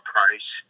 Price